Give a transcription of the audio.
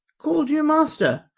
call'd you master,